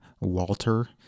Walter